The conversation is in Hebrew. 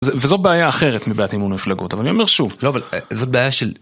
וזו בעיה אחרת מבעית מימון המפלגות, אבל אני אומר שוב. לא, אבל זאת בעיה של...